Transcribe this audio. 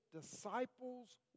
disciple's